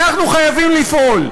אנחנו חייבים לפעול.